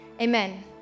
Amen